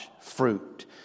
fruit